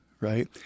right